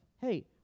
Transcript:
Hey